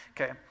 okay